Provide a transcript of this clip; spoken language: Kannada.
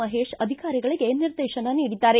ಮಹೇಶ ಅಧಿಕಾರಿಗಳಿಗೆ ನಿರ್ದೇಶನ ನೀಡಿದ್ದಾರೆ